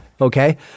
Okay